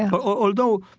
and although